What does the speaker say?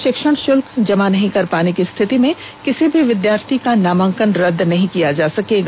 षिक्षण शुल्क जमा नहीं कर पाने की स्थिति में किसी भी विद्यार्थी का नामांकन रद्द नहीं किया जाएगा